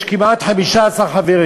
יש כמעט 15 חברים.